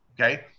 Okay